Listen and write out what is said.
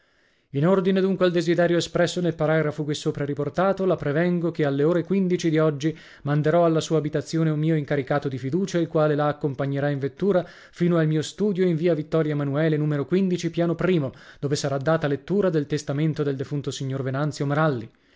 in ordine dunque al desiderio espresso nel paragrafo qui sopra riportato la prevengo che alle ore quindici di oggi manderò alla sua abitazione un mio incaricato di fiducia il quale la accompagnerà in vettura fino al mio studio in via vittorio emanuele numero piano dove sarà data lettura dei testamento del defunto signor venanzio maralli